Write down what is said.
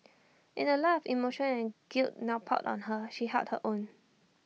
in the light of the emotion and guilt now piled on her she held her own